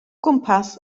gwmpas